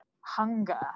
hunger